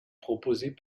proposées